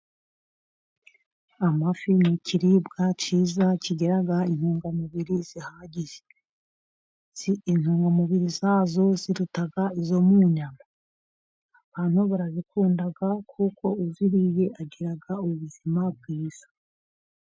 Amafi ni ikiribwa cyiza kigira intungamubiri zihagije. Intungamubiri za yo ziruta izo mu nyama. Abantu barazikunda, kuko uziriye agira ubuzima bwiza.